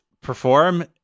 perform